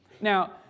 Now